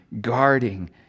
guarding